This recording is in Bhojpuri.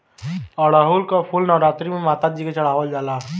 अढ़ऊल क फूल नवरात्री में माता जी के चढ़ावल जाला